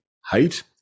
height